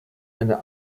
eine